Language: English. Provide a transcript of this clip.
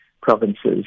provinces